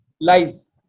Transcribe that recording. Lies